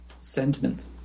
Sentiment